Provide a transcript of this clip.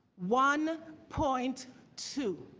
one point two